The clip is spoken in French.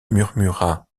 murmura